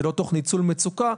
ולא תוך ניצול מצוקה,